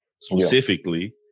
specifically